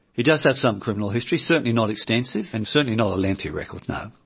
he does have some criminal history, certainly not extensive and certainly not a lengthy record, no.